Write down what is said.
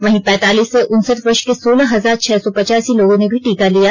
वहीं पैतालीस से उनसठ वर्ष के सोलह हजार छह सौ पचासी लोगों ने भी टीका लिया